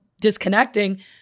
disconnecting –